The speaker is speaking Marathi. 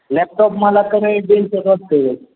लॅपटॉप मला की नाही डेलचं